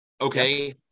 okay